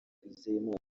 twizeyimana